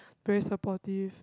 very supportive